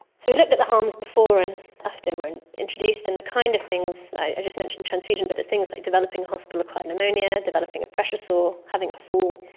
so we looked at the harms before and after were introduced, and the kind of things, i just mentioned transfusion, but it's things like developing hospital-acquired pneumonia, developing a pressure sore, having a fall,